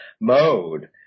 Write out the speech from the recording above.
mode